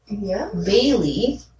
Bailey